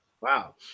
Wow